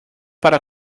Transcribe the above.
para